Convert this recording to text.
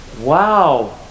wow